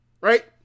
right